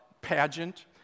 pageant